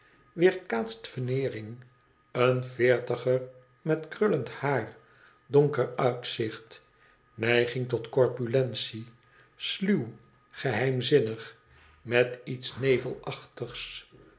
weerkaatst veneering een veertiger met krullend haar donker uitzicht neiging tot corpulentie sluw geheimzimiig met iets